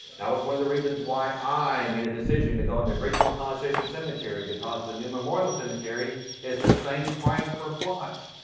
that was one of the reasons why i made a decision to go in the original college station cemetery because the new memorial cemetery is the same price per plots.